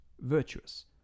virtuous